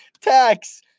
Tax